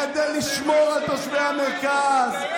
כדי לשמור על תושבי המרכז.